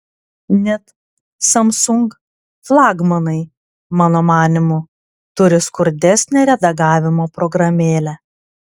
net samsung flagmanai mano manymu turi skurdesnę redagavimo programėlę